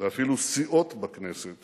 ואפילו סיעות בכנסת